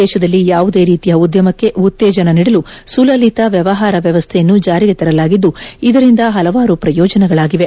ದೇಶದಲ್ಲಿ ಯಾವುದೇ ರೀತಿಯ ಉದ್ಯಮಕ್ಕೆ ಉತ್ತೇಜನ ನೀಡಲು ಸುಲಲಿತ ವ್ಯವಹಾರ ವ್ಯವಸ್ಥೆಯನ್ನು ಜಾರಿಗೆ ತರಲಾಗಿದ್ದು ಇದರಿಂದ ಹಲವಾರು ಪ್ರಯೋಜನಗಳಾಗಿವೆ